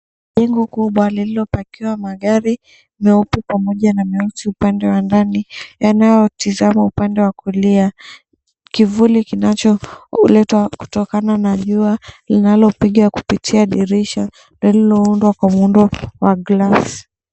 Jengo kubwa, lililopakiwa magari meupe pamoja na meusi upande wa ndani, yanayotizama upande wa kulia. Kivuli kinacholetwa kutokana na jua, linalopiga kupitia dirisha lililoundwa kwa muundo wa glasi.